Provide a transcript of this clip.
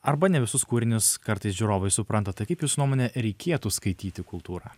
arba ne visus kūrinius kartais žiūrovai supranta tai kaip jūsų nuomone reikėtų skaityti kultūrą